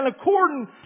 according